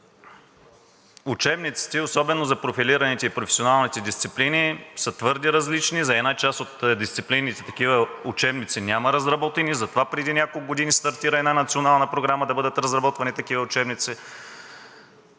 учебниците, особено за профилираните и професионалните дисциплини, са твърде различни. За една част от дисциплините такива учебници няма разработени. Затова преди няколко години стартира една национална програма да бъдат разработвани такива учебници.